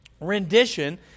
rendition